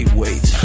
wait